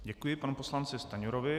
Děkuji panu poslanci Stanjurovi.